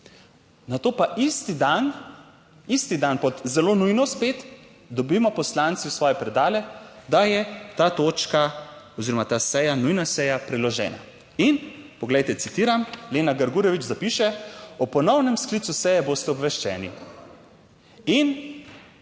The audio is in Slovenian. pa isti dan, isti dan pod zelo nujno spet dobimo poslanci v svoje predale, da je ta točka oziroma ta seja, nujna seja priložena. In poglejte, citiram, Lena Grgurevič zapiše: o ponovnem sklicu seje boste obveščeni in